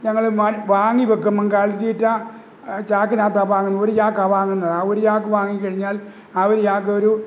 ഞങ്ങള് മായി വാങ്ങിവയ്ക്കുമ്പോള് കാലിത്തീറ്റ ചാക്കിനകത്താണ് വാങ്ങുന്നത് ഒരു ചാക്ക് വാങ്ങുന്നത് ഒരു ചാക്ക് വാങ്ങി കഴിഞ്ഞാൽ ആ ഒരു ചാക്കൊരു